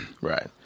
Right